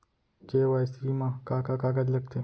KYC मा का का कागज लगथे?